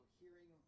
hearing